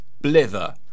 Blither